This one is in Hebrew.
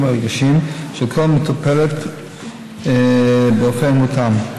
והרגשיים של כל מטופלת באופן מותאם.